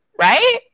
right